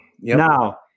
Now